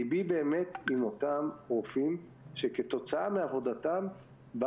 ליבי באמת עם אותם רופאים שכתוצאה מעבודתם בא